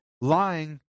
lying